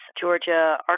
Georgia